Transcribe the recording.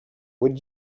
would